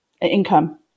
income